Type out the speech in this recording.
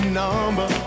number